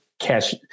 cash